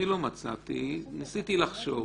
ניסיתי לחשוב.